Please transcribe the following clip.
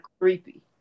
creepy